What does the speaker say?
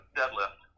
deadlift